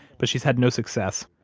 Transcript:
but she's had no success.